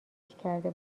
کرده